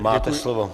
Máte slovo.